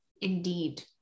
Indeed